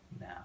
now